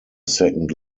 second